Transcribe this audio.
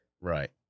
Right